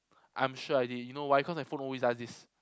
I'm sure I did you know why cause my phone always does this